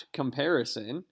comparison